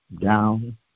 down